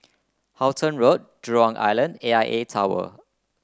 Halton Road Jurong Island A I A Tower